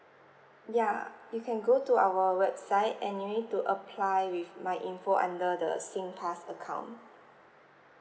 ya you can go to our website and you need to apply with my info under the singpass account